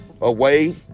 away